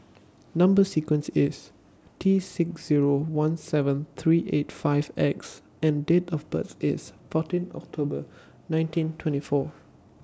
Number sequence IS T six Zero one seven three eight five X and Date of birth IS fourteen October nineteen twenty four